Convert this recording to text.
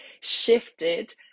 shifted